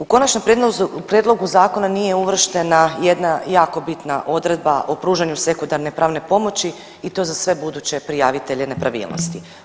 U konačnom prijedlogu zakona nije uvrštena jedna jako bitna odredba o pružanju sekundarne pravne pomoći i to za sve buduće prijavitelje nepravilnosti.